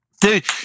Dude